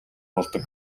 болдог